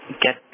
get